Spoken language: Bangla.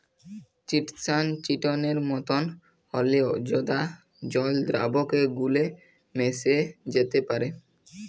চিটসান চিটনের মতন হঁল্যেও জঁদা জল দ্রাবকে গুল্যে মেশ্যে যাত্যে পারে